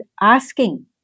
asking